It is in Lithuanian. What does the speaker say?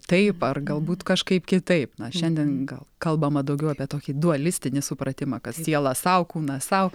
taip ar galbūt kažkaip kitaip na šiandien gal kalbama daugiau apie tokį dualistinį supratimą kad siela sau kūnas sau